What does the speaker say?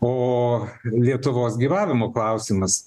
o lietuvos gyvavimo klausimas